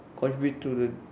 contribute to the